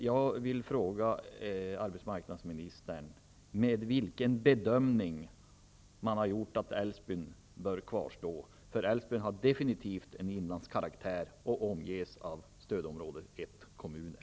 Jag vill fråga arbetsmarknadsministern: Vilken bedömning har man gjort för att Älvsbyn bör kvarstå med denna nedsättning? Älvsbyn har defenitivt en inlandskaraktär och omges dessutom av stödområde 1-kommuner.